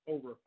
Over